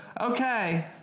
okay